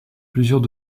plusieurs